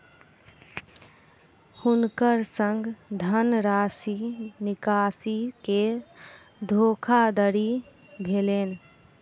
हुनकर संग धनराशि निकासी के धोखादड़ी भेलैन